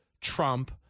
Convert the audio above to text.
Trump